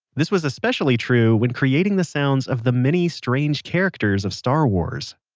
this was especially true when creating the sounds of the many strange characters of star wars.